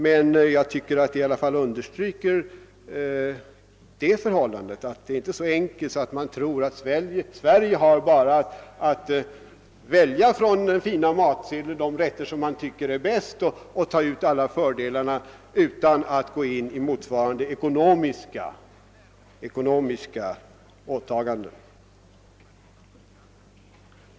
Men jag tycker i alla fall att nyheterna från Luxemburg understryker det förhållandet att det hela inte är så enkelt att Sverige bara har att från den fina matsedeln välja de rätter vi tycker bäst om utan att göra motsvarande ekonomiska åtaganden.